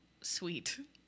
sweet